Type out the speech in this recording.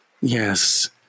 yes